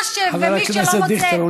חבר הכנסת דיכטר,